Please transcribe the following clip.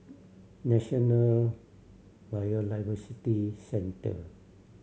National Biodiversity Centre